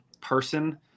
person